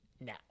now